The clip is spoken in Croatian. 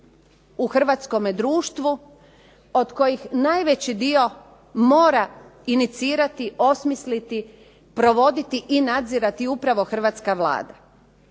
u hrvatskome društvu od kojih najveći dio mora inicirati, osmisliti, provoditi i nadzirati upravo hrvatska Vlada.